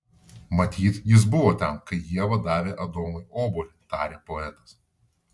matyt jis buvo ten kai ieva davė adomui obuolį tarė poetas